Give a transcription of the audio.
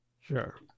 Sure